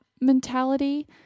mentality